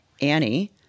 Annie